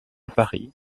paris